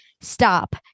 stop